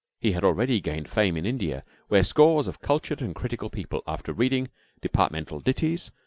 he had already gained fame in india, where scores of cultured and critical people, after reading departmental ditties,